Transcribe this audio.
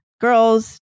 girls